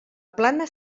plana